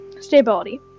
stability